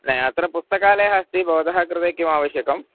न अत्र पुस्तकालयः अस्ति भवतः कृते किम् आवश्यकम्